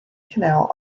canal